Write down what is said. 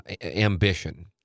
ambition